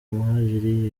muhadjili